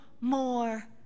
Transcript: more